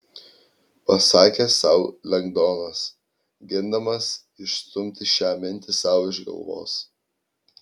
pasakė sau lengdonas gindamas išstumti šią mintį sau iš galvos